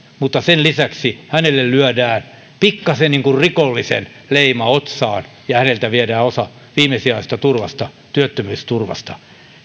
mutta sen lisäksi hänelle lyödään pikkasen niin kuin rikollisen leima otsaan ja häneltä viedään osa viimesijaisesta turvasta työttömyysturvasta